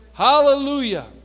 Hallelujah